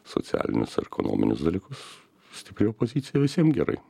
socialinius ar ekonominius dalykus stipri opozicija visiem gerai